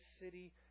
city